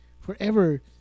forever